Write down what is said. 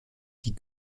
die